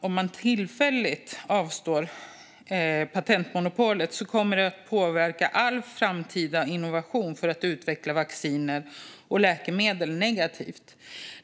Om man tillfälligt avstår från patentmonopolet kommer det att ge negativ påverkan på all framtida innovation för att utveckla vacciner och läkemedel, påstås det.